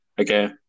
okay